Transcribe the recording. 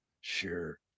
sure